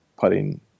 putting